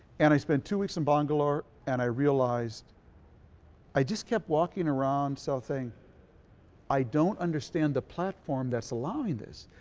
and i spent two weeks in and bangalore and i realized i just kept walking around sal saying i don't understand the platform that's allowing this.